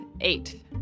eight